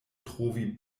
trovi